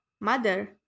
mother